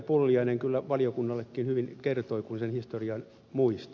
pulliainen kyllä valiokunnallekin hyvin kertoi kun sen historian muisti